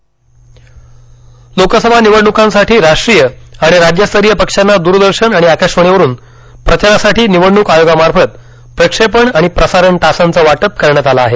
प्रसारणवेळ लोकसभा निवडण्कांसाठी राष्ट्रीय आणि राज्यस्तरीय पक्षांना दूरदर्शन आणि आकाशवाणीवरुन प्रचारासाठी निवडणूक आयोगामार्फत प्रक्षेपण आणि प्रसारण तासांचं वाटप करण्यात आलं आहे